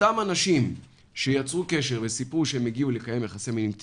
אותם אנשים שיצרו קשר וסיפרו שהם הגיעו לקיים יחסי מין עם קטינים,